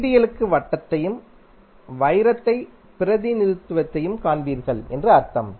ideal க்கு வட்டத்தையும் வைரத்தை பிரதிநிதித்துவதையும் காண்பீர்கள் என்று அர்த்தம்